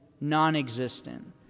non-existent